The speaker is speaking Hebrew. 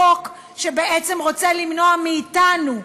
חוק שבעצם רוצה למנוע מאתנו,